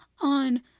on